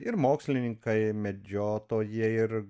ir mokslininkai medžiotojai ir